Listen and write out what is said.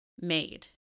made